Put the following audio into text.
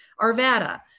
Arvada